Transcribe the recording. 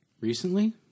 Recently